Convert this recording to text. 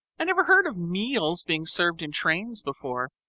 i never heard of meals being served in trains before,